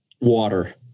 Water